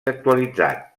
actualitzat